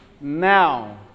now